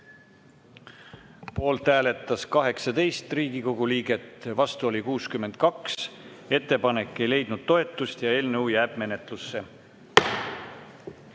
Poolt hääletas 18 Riigikogu liiget, vastu oli 62. Ettepanek ei leidnud toetust ja eelnõu jääb menetlusse.